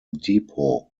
depot